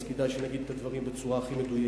אז כדאי שנגיד את הדברים בצורה הכי מדויקת,